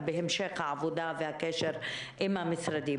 בהמשך העבודה והקשר עם המשרדים.